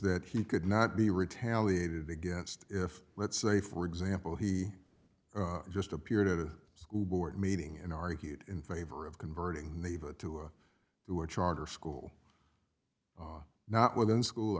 that he could not be retaliated against if let's say for example he just appeared at a school board meeting and argued in favor of converting the iva to or who are charter school not within school